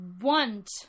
want